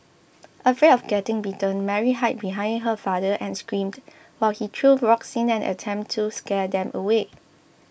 afraid of getting bitten Mary hid behind her father and screamed while he threw rocks in an attempt to scare them away